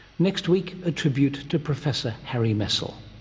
next week, a tribute to professor harry messel.